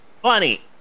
funny